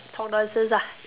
talk nonsense ah